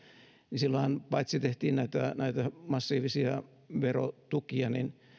niin silloinhan paitsi tehtiin näitä näitä massiivisia verotukia niin